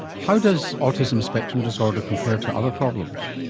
how does autism spectrum disorder compare to other problems?